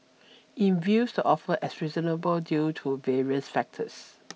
it views the offer as reasonable due to various factors